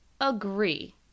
agree